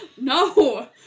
No